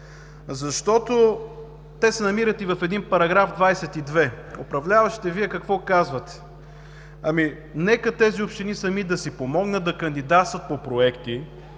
Защото те се намират и в един „параграф 22“. Вие, управляващите, какво казвате? – Нека тези общини сами да си помогнат, да кандидатстват по проекти,